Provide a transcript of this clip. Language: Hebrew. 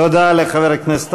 תודה לחבר הכנסת